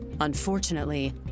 Unfortunately